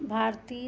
Bharti